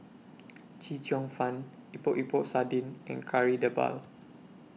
Chee Cheong Fun Epok Epok Sardin and Kari Debal